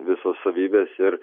visos savybės ir